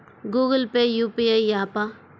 Google Pay UPI య్యాపా?